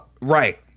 Right